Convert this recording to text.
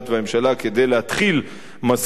כדי להתחיל משא-ומתן,